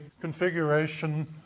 configuration